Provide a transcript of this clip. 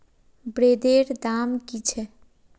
ब्रेदेर दाम की छेक